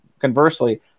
conversely